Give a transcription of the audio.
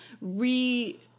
re